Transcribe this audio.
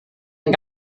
ein